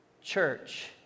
church